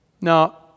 Now